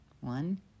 One